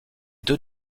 deux